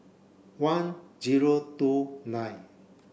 one zero two nine